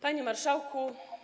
Panie Marszałku!